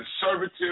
Conservative